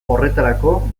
horretarako